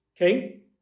Okay